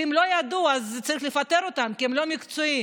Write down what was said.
ואם לא ידעו אז צריך לפטר אותם כי הם לא מקצועיים.